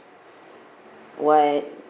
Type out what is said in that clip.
what